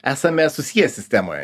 esame susiję sistemoje